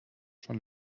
schon